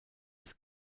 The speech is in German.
des